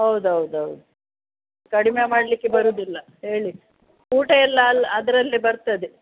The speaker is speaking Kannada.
ಹೌದು ಹೌದು ಹೌದು ಕಡಿಮೆ ಮಾಡಲಿಕ್ಕೆ ಬರೋದಿಲ್ಲ ಹೇಳಿ ಊಟ ಎಲ್ಲ ಅಲ್ಲಿ ಅದರಲ್ಲೆ ಬರ್ತದೆ